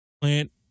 plant